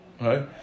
Right